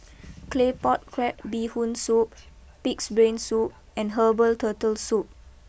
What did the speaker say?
Claypot Crab BeeHoon Soup Pig's Brain Soup and Herbal Turtle Soup